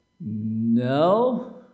No